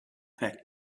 packed